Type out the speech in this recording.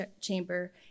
chamber